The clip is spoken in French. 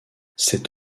cet